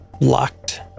locked